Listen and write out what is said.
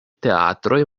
teatroj